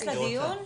לדיון?